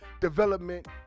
development